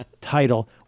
title